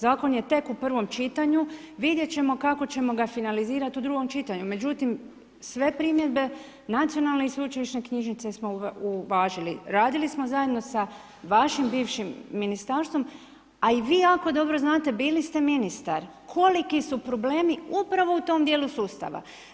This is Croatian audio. Zakon je tek u prvom čitanju, vidjet ćemo kako ćemo ga finalizirat u drugom čitanju, međutim sve primjedbe Nacionalne i sveučilišne knjižnice smo uvažili, radili smo zajedno sa vašim bivšim ministarstvom, a i vi jako dobro znate, bili ste ministar, koliki su problemi upravo u tom djelu sustava.